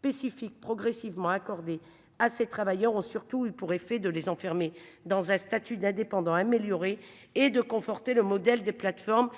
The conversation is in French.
Spécifiques progressivement accordée à ces travailleurs ont surtout eu pour effet de les enfermer dans un statut d'indépendant améliorer et de conforter le modèle des plateformes